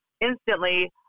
instantly